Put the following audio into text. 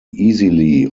easily